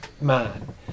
man